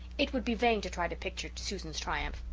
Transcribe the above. it would be vain to try to picture susan's triumph.